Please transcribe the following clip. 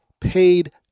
paid